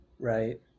Right